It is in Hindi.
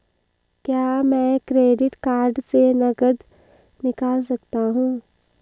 क्या मैं क्रेडिट कार्ड से नकद निकाल सकता हूँ?